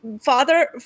Father